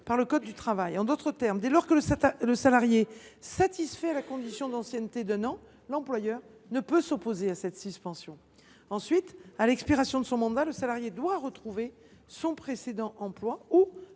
par le code du travail. En d’autres termes, dès lors que le salarié satisfait la condition d’ancienneté d’un an, l’employeur ne peut s’opposer à cette suspension. À l’expiration de son mandat, le salarié doit retrouver son précédent emploi ou